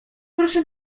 proszę